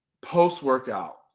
post-workout